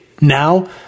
Now